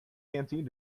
canteen